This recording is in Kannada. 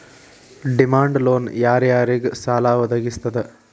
ಡಿಮಾಂಡ್ ಲೊನ್ ಯಾರ್ ಯಾರಿಗ್ ಸಾಲಾ ವದ್ಗಸ್ತದ?